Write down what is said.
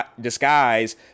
disguise